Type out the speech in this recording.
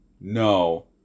No